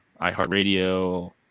iHeartRadio